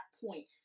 point